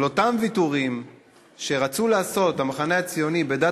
אבל אותם ויתורים שרצה לעשות המחנה הציוני בנושא דת